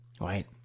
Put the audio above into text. right